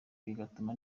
bigatuma